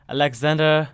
Alexander